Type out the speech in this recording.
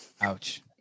Ouch